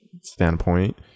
standpoint